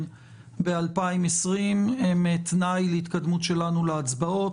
ב-2020 הם תנאי להתקדמות שלנו להצבעות.